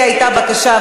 כי הייתה בקשה,